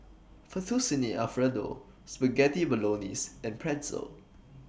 Fettuccine Alfredo Spaghetti Bolognese and Pretzel